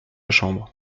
chambre